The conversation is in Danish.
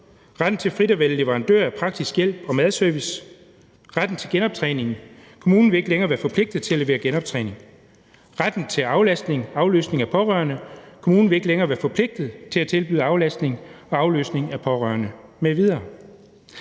retten til frit at vælge leverandør af praktisk hjælp og madservice, retten til genoptræning, hvor kommunen ikke længere vil være forpligtet til at levere genoptræning, retten til aflastning og afløsning af pårørende, hvor kommunen ikke længere vil være forpligtet til at tilbyde aflastning og afløsning af pårørende m.v.